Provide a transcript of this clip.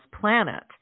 planet